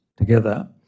Together